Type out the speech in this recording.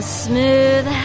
smooth